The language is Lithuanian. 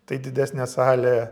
tai didesnė salė